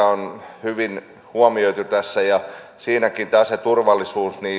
on hyvin huomioitu tässä siinäkin turvallisuus